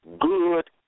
good